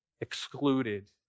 excluded